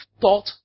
thought